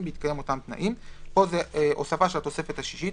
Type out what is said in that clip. בהתקיים אותם תנאים," פה זה הוספה של התוספת השישית.